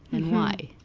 and why?